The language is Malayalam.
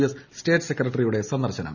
എസ് സ്റ്റേറ്റ് സെക്രട്ടറിയുടെ സന്ദർശനം